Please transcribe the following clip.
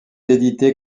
édité